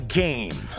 game